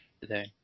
today